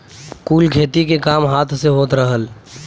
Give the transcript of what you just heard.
कुल खेती के काम हाथ से होत रहल